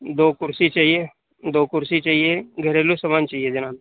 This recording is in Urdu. دو کُرسی چاہیے دو کُرسی چاہیے گھریلو سامان چاہیے جناب